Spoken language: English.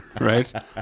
Right